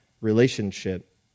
relationship